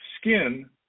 skin